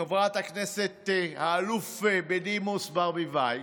חברת הכנסת האלופה בדימוס ברביבאי,